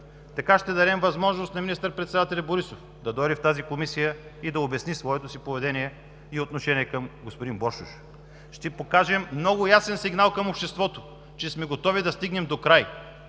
Така ще дадем възможност на министър-председателя Борисов да дойде в Комисията и да обясни своето поведение и отношение към господин Боршош. Ще дадем много ясен сигнал към обществото, че ще сме готови да стигнем докрай